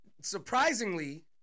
Surprisingly